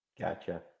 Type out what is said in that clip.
gotcha